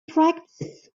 practice